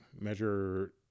measure